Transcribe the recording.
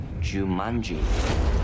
Jumanji